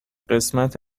قسمت